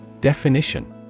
Definition